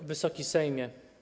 Wysoki Sejmie!